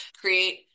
create